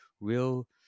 real